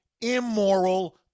immoral